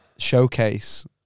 showcase